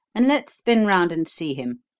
and let's spin round and see him.